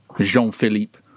Jean-Philippe